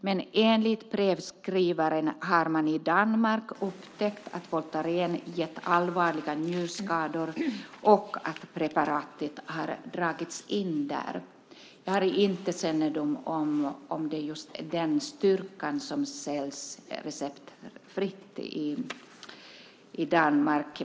Men enligt brevskrivaren har man i Danmark upptäckt att Voltaren gett allvarliga njurskador, och preparatet har där dragits in. Jag har inte kännedom om det gäller just den styrkan som säljs receptfritt i Danmark.